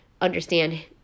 understand –